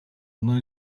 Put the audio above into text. одно